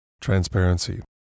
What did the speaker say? transparency